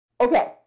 Okay